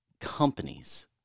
companies